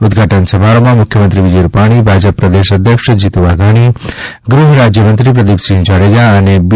ઉદ્વાટન સમારોહમાં મુખ્યમંત્રી વિજય રૂપાણી ભાજપ પ્રદેશ અધ્યક્ષ જીતુભાઈ વાઘાણી ગૃહરાજ્યમંત્રી પ્રદીપસિંહ જાડેજા અને બી